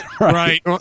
Right